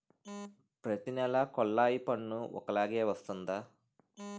ప్రతి నెల కొల్లాయి పన్ను ఒకలాగే వస్తుందా?